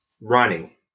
running